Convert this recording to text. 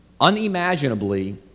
Unimaginably